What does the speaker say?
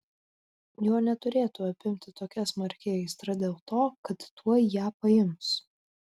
jo neturėtų apimti tokia smarki aistra dėl to kad tuoj ją paims